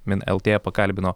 min lt pakalbino